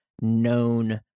known